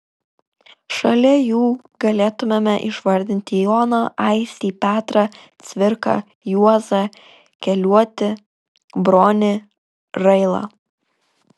šalia jų galėtumėme išvardinti joną aistį petrą cvirką juozą keliuotį bronį railą